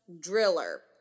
Driller